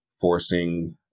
forcing